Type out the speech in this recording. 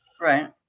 Right